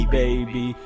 baby